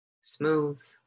Smooth